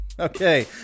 Okay